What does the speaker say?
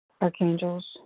archangels